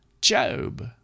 Job